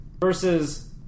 versus